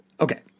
Okay